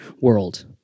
world